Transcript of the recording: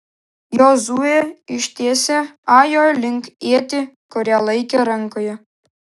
jozuė ištiesė ajo link ietį kurią laikė rankoje